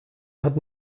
hat